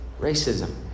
racism